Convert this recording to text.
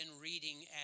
reading